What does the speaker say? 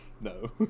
No